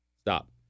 Stop